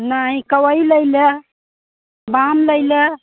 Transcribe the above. नहीं कवई लेले बान लेलो